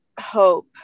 hope